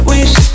Wish